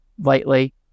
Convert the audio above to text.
lightly